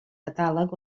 catàleg